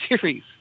series